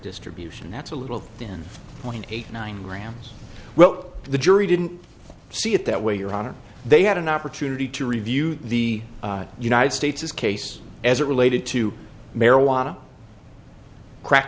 distribution that's a little then point eight nine grams well the jury didn't see it that way your honor they had an opportunity to review the united states is case as it related to marijuana crack